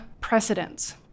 precedents